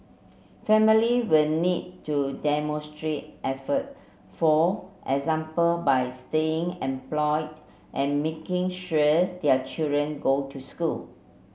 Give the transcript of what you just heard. family will need to demonstrate effort for example by staying employed and making sure their children go to school